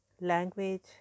language